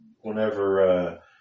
whenever